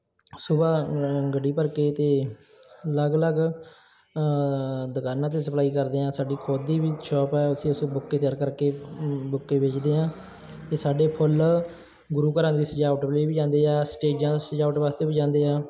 ਸੁਬਹਾ ਗੱਡੀ ਭਰ ਕੇ ਅਤੇ ਅਲੱਗ ਅਲੱਗ ਦੁਕਾਨਾਂ 'ਤੇ ਸਪਲਾਈ ਕਰਦੇ ਹਾਂ ਸਾਡੀ ਖੁਦ ਦੀ ਵੀ ਸ਼ੋਪ ਹੈ ਅਸੀਂ ਉੱਥੇ ਬੁੱਕੇ ਤਿਆਰ ਕਰਕੇ ਬੁੱਕੇ ਵੇਚਦੇ ਹਾਂ ਇਹ ਸਾਡੇ ਫੁੱਲ ਗੁਰੂ ਘਰਾਂ ਦੇ ਸਜਾਵਟ ਲਈ ਵੀ ਜਾਂਦੇ ਆ ਸਟੇਜਾਂ ਦੀ ਸਜਾਵਟ ਵਾਸਤੇ ਵੀ ਜਾਂਦੇ ਆ